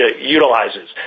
utilizes